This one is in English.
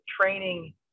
training